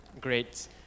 great